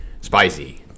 spicy